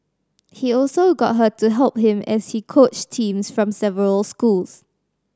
he also got her to help him as he coached teams from several schools